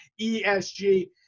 ESG